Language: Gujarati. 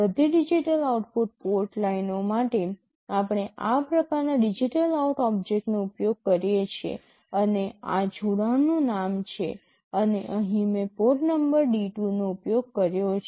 બધી ડિજિટલ આઉટપુટ પોર્ટ લાઇનો માટે આપણે આ પ્રકારના DigitalOut ઓબ્જેક્ટનો ઉપયોગ કરીએ છીએ અને આ જોડાણનું નામ છે અને અહીં મેં પોર્ટ નંબર D2 નો ઉપયોગ કર્યો છે